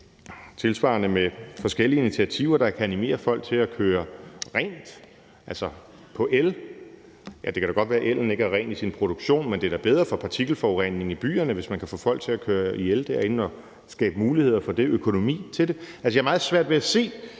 tilsvarende forskellige initiativer kan animere folk til at køre på ren el, og det kan da godt være, at ellen ikke er ren i sin produktion, men det er da bedre for partikelforureningen i byerne, hvis man får folk til at køre i elbiler derinde og skaber mulighed for det, økonomi til det. Jeg har meget svært ved at se